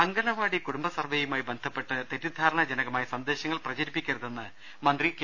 അംഗണവാടി കുടുംബ സർവ്വേയുമായി ബന്ധപ്പെട്ട് തെറ്റിദ്ധാരണാജനകമായ സന്ദേശങ്ങൾ പ്രചരിപ്പിക്കരുതെന്ന് മന്ത്രി കെ